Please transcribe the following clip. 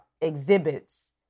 exhibits